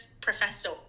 professor